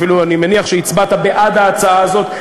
ואפילו אני מניח שהצבעת בעד ההצעה הזאת,